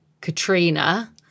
Katrina